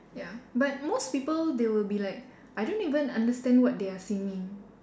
ya but most people they will be like I don't even understand what they are singing